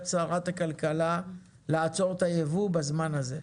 שרת הכלכלה לעצור את היבוא בזמן הזה.